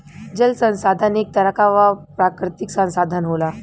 जल संसाधन एक तरह क प्राकृतिक संसाधन होला